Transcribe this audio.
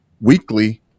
weekly